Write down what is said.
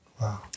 wow